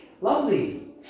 Lovely